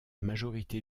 majorité